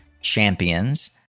champions